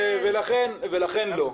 ולכן לא.